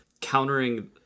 countering